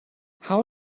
how